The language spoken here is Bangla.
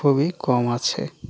খুবই কম আছে